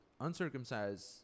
uncircumcised